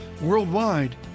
worldwide